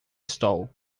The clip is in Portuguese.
estou